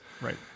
Right